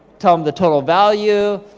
tell em the total value,